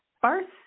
First